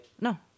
No